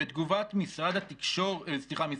בתגובת משרד הבריאות